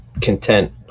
content